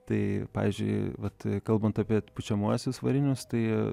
tai pavyzdžiui vat kalbant apie pučiamuosius varinius tai